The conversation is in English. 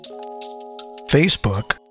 Facebook